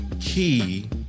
key